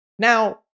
Now